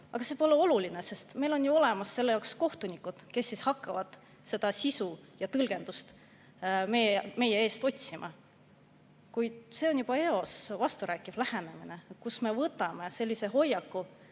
aga see pole oluline, sest meil on ju olemas kohtunikud, kes hakkavad seda sisu ja tõlgendust meie eest otsima. Kuid see on juba eos vasturääkiv lähenemine, kus me võtame sellise hoiaku,